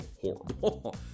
horrible